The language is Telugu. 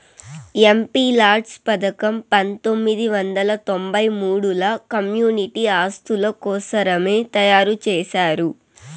ఎంపీలాడ్స్ పథకం పంతొమ్మిది వందల తొంబై మూడుల కమ్యూనిటీ ఆస్తుల కోసరమే తయారు చేశారు